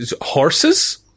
horses